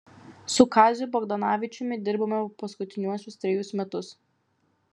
su kaziu bagdonavičiumi dirbome paskutiniuosius trejus metus